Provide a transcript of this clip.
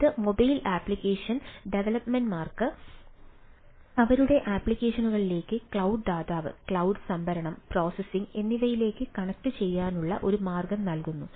ഇത് mobile application ഡവലപ്പർമാർക്ക് അവരുടെ അപ്ലിക്കേഷനുകളിലേക്ക് ക്ലൌഡ് ദാതാവ് ക്ലൌഡ് സംഭരണം പ്രോസസ്സിംഗ് എന്നിവയിലേക്ക് കണക്റ്റുചെയ്യാനുള്ള ഒരു മാർഗം നൽകുന്നു